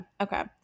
Okay